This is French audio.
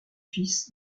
fils